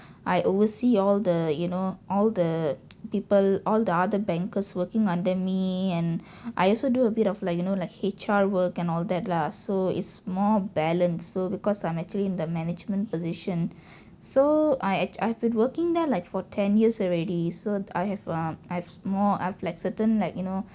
I oversee all the you know all the people all the other bankers working under me and I also do a bit of like you know like H_R work and all that lah so is more balance so because I'm actually in the management position so I act~ I've been working there like for ten years already so I have ah I have more uh I've like certain like you know